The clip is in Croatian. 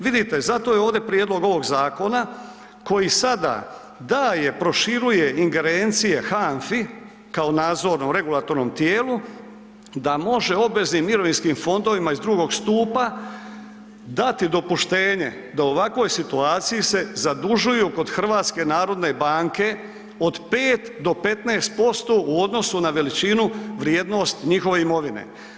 Vidite, zato je ovdje prijedlog ovog zakona koji sada daje, proširuje ingerencije HANFA-i kao nadzornom regulatornom tijelu da može obveznim mirovinskim fondovima iz drugog stupa dati dopuštenje da u ovakvoj situaciji se zadužuju kod HNB-a od 5 do 15% u odnosu na veličinu vrijednost njihove imovine.